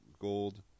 Gold